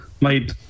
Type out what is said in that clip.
made